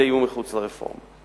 אלה יהיו מחוץ לרפורמה.